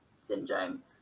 syndrome